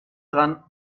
dran